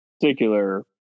particular